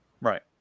Right